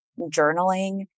journaling